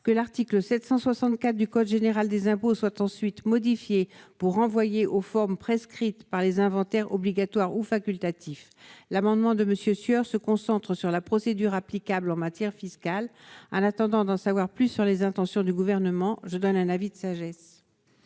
que l'article 764 du code général des impôts soit ensuite modifié pour envoyer aux formes prescrites par les inventaires obligatoire ou facultatif l'amendement de monsieur sueur se concentre sur la procédure applicable en matière fiscale, en attendant d'en savoir plus sur les intentions du gouvernement, je donne un avis de sagesse.